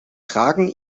tragen